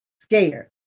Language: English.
scared